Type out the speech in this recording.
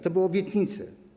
To były obietnice.